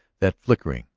that flickering,